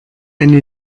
eine